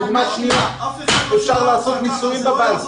דוגמה שנייה, אפשר לעשות ניסויים בבית.